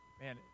man